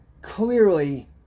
Clearly